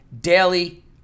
daily